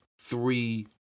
three